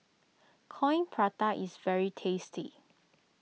Coin Prata is very tasty